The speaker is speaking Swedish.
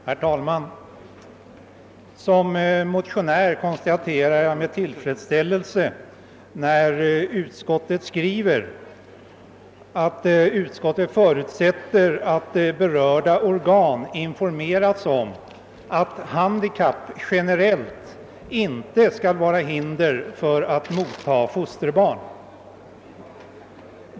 Herr talman! Som motionär konstaterar jag med tillfredsställelse att utskottet förutsätter att berörda organ informeras om att handikapp generellt inte skall vara hinder för att mottaga fosterbarn.